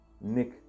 nick